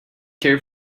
care